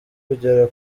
kugera